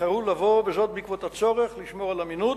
איחרו לבוא, וזאת בעקבות הצורך לשמור על אמינות,